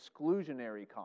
exclusionary